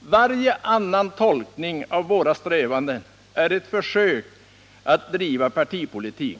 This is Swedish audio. Varje annan tolkning av våra strävanden är ett försök att driva partipolitik.